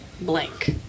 Blank